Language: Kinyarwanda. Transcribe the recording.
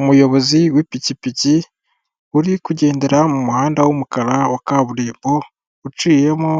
Umuyobozi w'ipikipiki uri kugendera mu muhanda w'umukara wa kaburimbo uciyemo